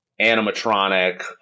animatronic